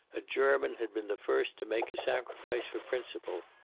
a german had been the first to make a sacrifice for principle.